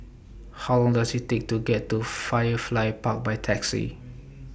How Long Does IT Take to get to Firefly Park By Taxi